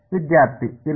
ವಿದ್ಯಾರ್ಥಿ ಇಲ್ಲ